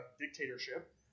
dictatorship